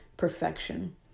perfection